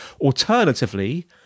Alternatively